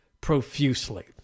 profusely